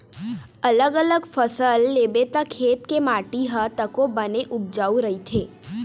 अलग अलग फसल लेबे त खेत के माटी ह तको बने उपजऊ रहिथे